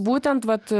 būtent vat